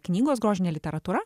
knygos grožinė literatūra